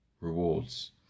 rewards